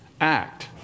act